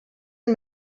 and